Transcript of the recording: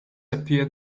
appear